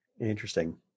Interesting